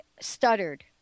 stuttered